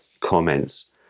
comments